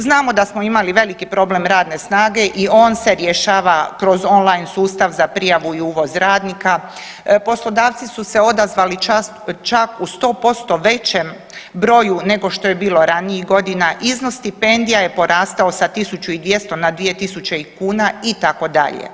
Znamo da smo imali veliki problem radne snage i on se rješava kroz online sustav za prijavu i uvoz radnika, poslodavci su se odazvali čak u 100% većem broju nego što je bilo ranijih godina, iznos stipendija je porastao sa 1200 na 2000 kuna, itd.